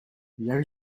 jak